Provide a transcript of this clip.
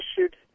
issued